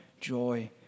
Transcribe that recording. joy